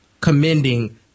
commending